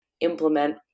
implement